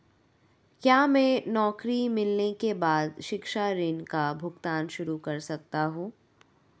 क्या मैं नौकरी मिलने के बाद शिक्षा ऋण का भुगतान शुरू कर सकता हूँ?